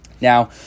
Now